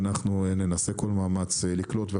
ואנחנו נעשה כל מאמץ לקלוט,